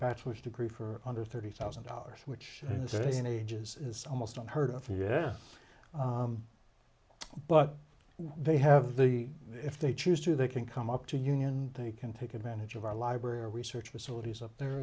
bachelor's degree for under thirty thousand dollars which is really in ages is almost unheard of yeah but they have the if they choose to they can come up to union they can take advantage of our library research facilities up there